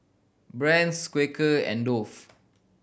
Brand's Quaker and Dove